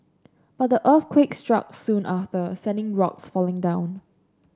but the earthquake struck soon after sending rocks falling down